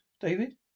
David